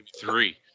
three